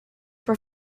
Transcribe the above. were